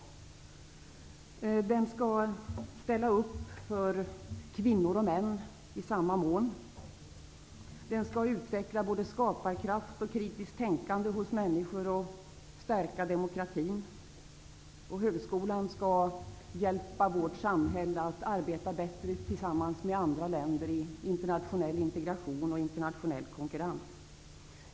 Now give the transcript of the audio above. Högskolan skall ställa upp för kvinnor och män i samma mån. Den skall utveckla både skaparkraft och kritiskt tänkande hos människor och stärka demokratin. Högskolan skall hjälpa vårt samhälle att arbeta bättre tillsammans med andra länder i internationell integration och internationell konkurrens.